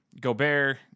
gobert